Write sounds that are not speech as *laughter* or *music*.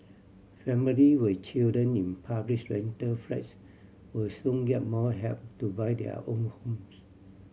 family with children in *unintelligible* rental flats will soon get more help to buy their own homes